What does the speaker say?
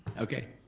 okay.